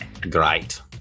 great